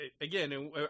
again